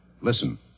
Listen